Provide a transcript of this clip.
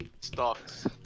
stocks